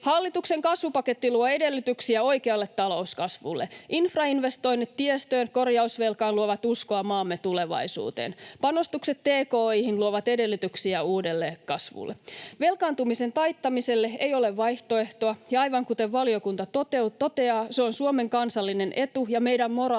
Hallituksen kasvupaketti luo edellytyksiä oikealle talouskasvulle. Infrainvestoinnit tiestöön ja korjausvelkaan luovat uskoa maamme tulevaisuuteen. Panostukset tki:hin luovat edellytyksiä uudelle kasvulle. Velkaantumisen taittamiselle ei ole vaihtoehtoa, ja aivan kuten valiokunta toteaa, se on Suomen kansallinen etu ja meidän moraalinen